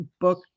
book